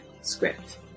script